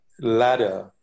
ladder